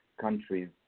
countries